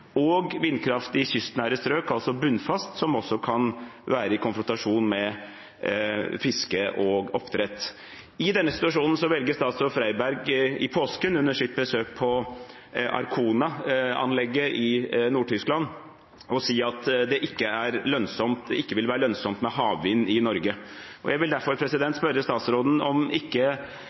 Vindkraft i kystnære strøk, altså bunnfast, kan også være i konfrontasjon med fiske og oppdrett. I denne situasjonen valgte statsråd Freiberg under sitt besøk på Arkona-anlegget i Nord-Tyskland i påsken å si at det ikke vil være lønnsomt med havvind i Norge. Jeg vil derfor spørre statsråden om ikke